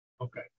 Okay